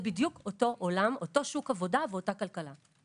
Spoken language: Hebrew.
זה בדיוק אותו עולם, אותו שוק עבודה ואותה כלכלה.